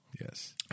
Yes